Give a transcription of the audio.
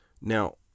Now